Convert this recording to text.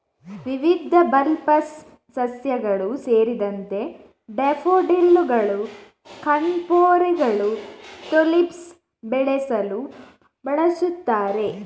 ವಿವಿಧ ಬಲ್ಬಸ್ ಸಸ್ಯಗಳು ಸೇರಿದಂತೆ ಡ್ಯಾಫೋಡಿಲ್ಲುಗಳು, ಕಣ್ಪೊರೆಗಳು, ಟುಲಿಪ್ಸ್ ಬೆಳೆಸಲು ಬಳಸುತ್ತಾರೆ